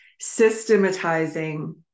systematizing